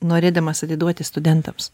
norėdamas atiduoti studentams